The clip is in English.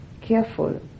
careful